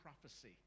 Prophecy